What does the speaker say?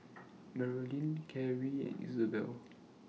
Marylyn Carey and Isabelle